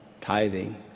tithing